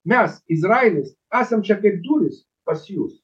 mes izraelis esam čia kaip durys pas jus